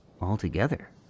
altogether